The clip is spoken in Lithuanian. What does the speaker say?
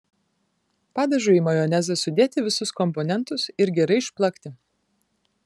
padažui į majonezą sudėti visus komponentus ir gerai išplakti